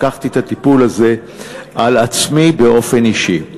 לקחתי את הטיפול הזה על עצמי באופן אישי.